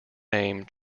name